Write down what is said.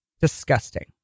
disgusting